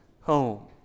home